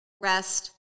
rest